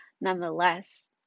Nonetheless